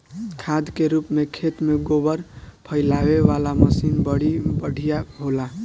खाद के रूप में खेत में गोबर फइलावे वाला मशीन बड़ी बढ़िया होला